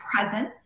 presence